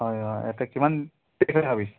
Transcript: হয় হয় এতিয়া কিমান